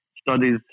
Studies